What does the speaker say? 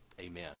amen